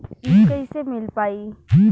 इ कईसे मिल पाई?